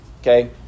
Okay